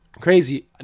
crazy